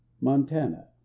Montana